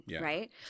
right